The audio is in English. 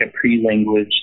pre-language